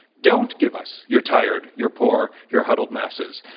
don't give us your tired, your poor, your huddled masses.